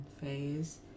phase